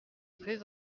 très